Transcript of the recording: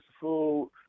food